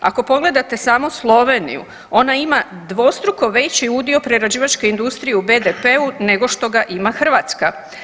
Ako pogledate samo Sloveniju ona ima dvostruko veći udio prerađivačke industrije u BDP-u nego što ga ima Hrvatska.